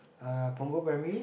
uh Punggol primary